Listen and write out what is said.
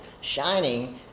shining